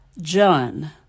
John